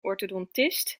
orthodontist